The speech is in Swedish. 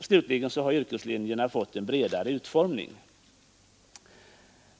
Slutligen har yrkeslinjerna fått en bredare utformning.